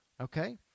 Okay